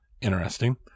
interesting